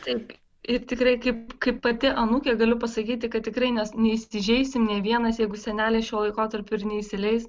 taip ir tikrai kaip kaip pati anūkė galiu pasakyti kad tikrai nes neįsižeisim nė vienas jeigu seneliai šiuo laikotarpiu ir neįsileis